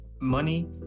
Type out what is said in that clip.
money